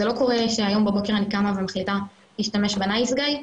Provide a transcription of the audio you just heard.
זה לא קורה שהיום בבוקר אני קמה ומחליטה להשתמש ב'נייס גאי',